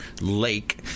lake